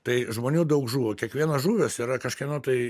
tai žmonių daug žuvo kiekvienas žuvęs yra kažkieno tai